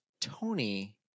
Tony